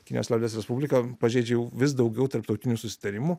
kinijos liaudies respublika pažeidžia jau vis daugiau tarptautinių susitarimų